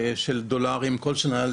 דולר כל שנה,